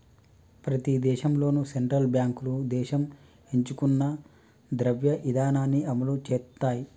ప్రతి దేశంలోనూ సెంట్రల్ బ్యాంకులు దేశం ఎంచుకున్న ద్రవ్య ఇధానాన్ని అమలు చేత్తయ్